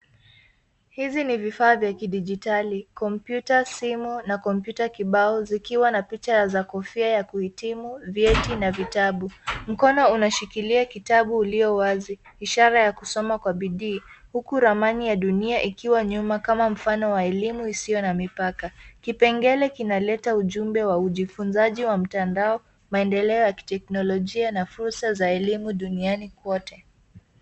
Hivi ni vifaa vya kidijitali, kompyuta, simu na kompyuta kibao zikiwa na picha za kofia ya kuhitimu, vyeti na vitabu. Mkono unashikilia kitabu ulio wazi, ishara ya kusoma kwa bidii, huku ramani ya dunia ikiwa nyuma kama mfano wa elimu isiyo na mipaka. Kipengele kinaleta ujumbe wa ujifunzaji wa mtandao, maendeleo ya kiteknolojia na fursa za elimu duniani kwote.